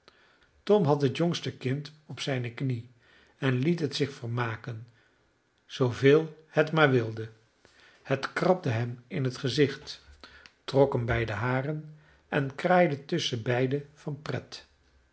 tom had het jongste kind op zijne knie en liet het zich vermaken zooveel het maar wilde het krabde hem in het gezicht trok hem bij de haren en kraaide tusschenbeide van pret